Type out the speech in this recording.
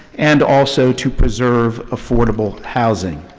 and also to preserve affordable housing.